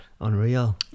unreal